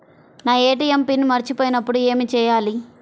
నా ATM pin మర్చిపోయినప్పుడు ఏమి చేయాలి?